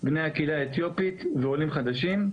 על בני הקהילה האתיופית ועל עולים חדשים.